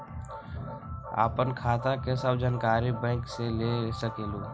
आपन खाता के सब जानकारी बैंक से ले सकेलु?